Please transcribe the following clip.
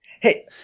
Hey